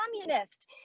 communist